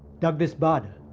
douglas bader.